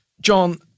John